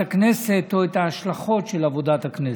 הכנסת או את ההשלכות של עבודת הכנסת.